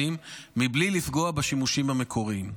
מבלי לפגוע בשימושים המקוריים.